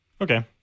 okay